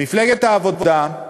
מפלגת העבודה,